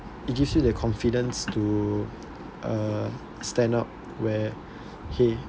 it gives you the confidence to to uh stand up where K